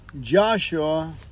Joshua